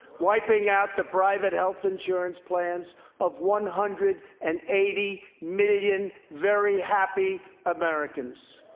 wiping out the private health insurance plans of one hundred and eighty million very happy americans.